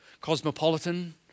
Cosmopolitan